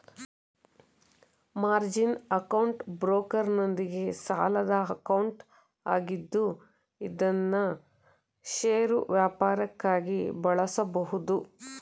margin account ಬ್ರೋಕರ್ನೊಂದಿಗೆ ಸಾಲದ account ಆಗಿದ್ದು ಇದ್ನಾ ಷೇರು ವ್ಯಾಪಾರಕ್ಕಾಗಿ ಬಳಸಬಹುದು